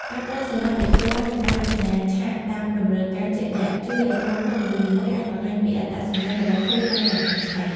ការផ្តល់សេវាដេគ័រ និងការរចនាឆាកតាមតម្រូវការជាក់លាក់ ជួយឱ្យក្រុមហ៊ុននីមួយៗអាចបង្ហាញពីអត្តសញ្ញាណរបស់ខ្លួនបានយ៉ាងច្បាស់។